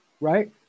right